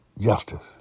justice